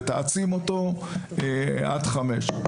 ותעצים אותו עד השעה חמש.